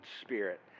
Spirit